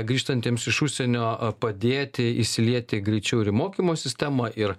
grįžtantiems iš užsienio a padėti įsilieti greičiau ir į mokymo sistemą ir